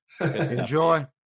Enjoy